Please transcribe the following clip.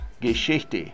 Geschichte